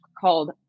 called